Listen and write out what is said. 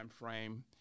timeframe